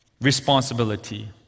responsibility